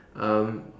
um